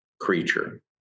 creature